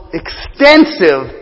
extensive